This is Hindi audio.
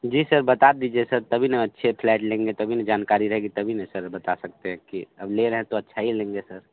जी सर बता दीजिए सर तभी न अच्छे फ्लैट लेंगे तभी न जानकारी रहेगी तभी न सर बता सकते हैं कि अब लेना है तो अच्छा ही लेंगे सर